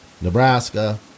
Nebraska